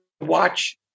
watch